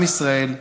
עם ישראל,